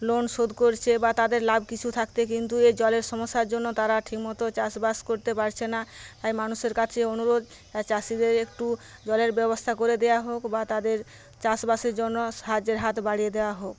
loan শোধ করছে বা তাদের লাভ কিছু থাকতে কিন্তু ওই জলের সমস্যার জন্য তারা ঠিকমতো চাষ বাস করতে পারছে না মানুষের কাছে অনুরোধ চাষিদের একটু জলের ব্যবস্থা করে দেওয়া হোক বা তাদের চাষ বাসের জন্য সাহায্যের হাত বাড়িয়ে দেওয়া হোক